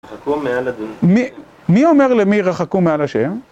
מי אומר למי רחקו מעל השם?